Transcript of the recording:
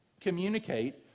communicate